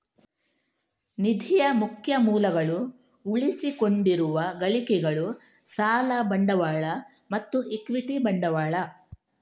ನಿಧಿಯ ಮುಖ್ಯ ಮೂಲಗಳು ಉಳಿಸಿಕೊಂಡಿರುವ ಗಳಿಕೆಗಳು, ಸಾಲ ಬಂಡವಾಳ ಮತ್ತು ಇಕ್ವಿಟಿ ಬಂಡವಾಳ